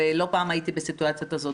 ולא פעם הייתי בסיטואציה כזאת.